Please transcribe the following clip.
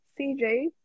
CJ